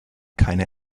keine